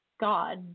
God